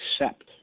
accept